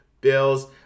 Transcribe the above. Bills